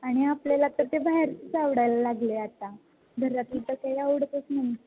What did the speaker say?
आणि आपल्याला आता ते बाहेरचंच आवडायला लागलं आहे आता घरातलं तर काही आवडतंच नाही